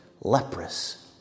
leprous